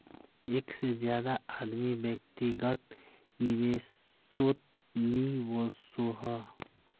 एक से ज्यादा आदमी व्यक्तिगत निवेसोत नि वोसोह